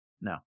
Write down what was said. No